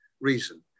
reason